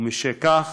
ומשכך